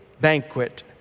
banquet